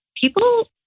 people